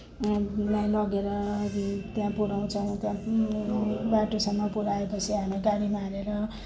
लगेर त्यहाँ पुऱ्याउँछौँ त्यहाँ बाटोसम्म पुऱ्याएपछि हामी गाडीमा हालेर